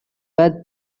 were